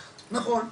נכון,